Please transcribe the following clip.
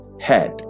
head